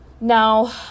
now